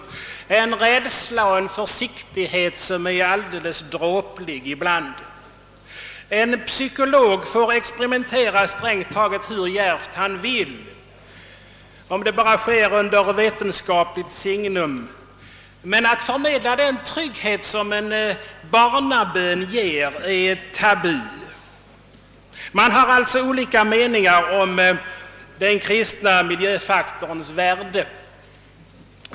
Det är en rädsla och en försiktighet som ibland är nästan dråplig. En psykolog får experimentera strängt taget hur djärvt han vill, om det bara sker under vetenskapligt signum, men att förmedla den trygghet som en barnabön ger stöter på tabu. Det råder olika meningar om den kristna miljöfaktorns värde.